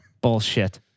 Bullshit